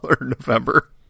November